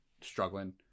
struggling